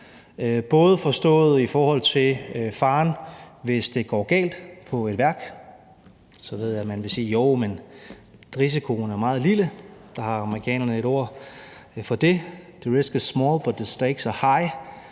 bl.a. forstået i forhold til faren, hvis det går galt på et værk. Og jeg ved, at man vil sige: Jo, men risikoen er meget lille. Det har amerikanerne et udtryk for, nemlig the risk is small, but the stakes are high,